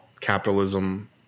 capitalism